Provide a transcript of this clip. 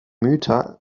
mütter